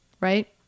Right